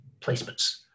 placements